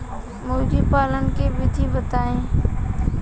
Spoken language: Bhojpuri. मुर्गी पालन के विधि बताई?